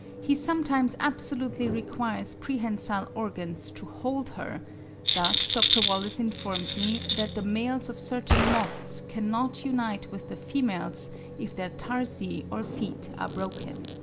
he sometimes absolutely requires prehensile organs to hold her thus dr. wallace informs me that the males of certain moths cannot unite with the females if their tarsi or feet are broken.